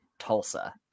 Tulsa